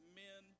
men